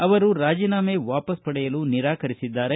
ಅವರು ರಾಜೀನಾಮೆ ವಾಪಾಸ್ ಪಡೆಯಲು ನಿರಾಕರಿಸಿದ್ದಾರೆ